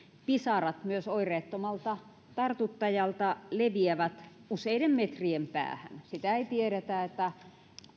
pisarat myös oireettomalta tartuttajalta leviävät useiden metrien päähän sitä ei tiedetä